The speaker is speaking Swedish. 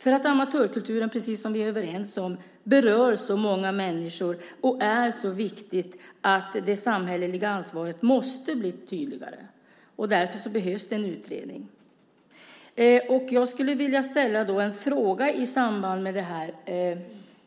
för att amatörkulturen, precis som vi är överens om, berör så många människor och är så viktig att det samhälleliga ansvaret måste bli tydligare. Därför behövs det en utredning. Jag skulle vilja ställa en fråga i samband med det här.